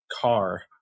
car